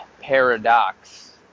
paradox